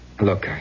Look